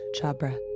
Chabra